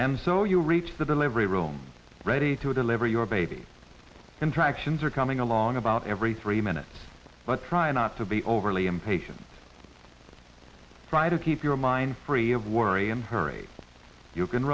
and so you reach the delivery room ready to deliver your baby contractions are coming along about every three minutes but try not to be overly impatient try to keep your mind free of worry and hurried you can